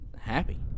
happy